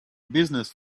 business